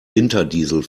winterdiesel